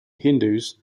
hindus